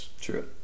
true